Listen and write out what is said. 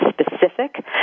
specific